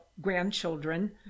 grandchildren